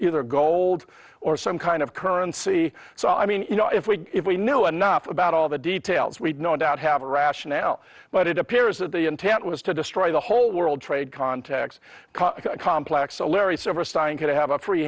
of gold or some kind of currency so i mean you know if we if we knew enough about all the details we'd no doubt have a rationale but it appears that the intent was to destroy the whole world trade contacts complex so larry silverstein could have a free